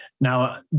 Now